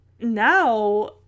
now